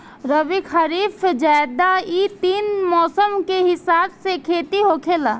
रबी, खरीफ, जायद इ तीन मौसम के हिसाब से खेती होखेला